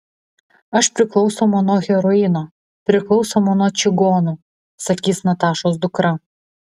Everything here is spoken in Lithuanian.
aš priklausoma nuo heroino priklausoma nuo čigonų sakys natašos dukra